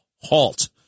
halt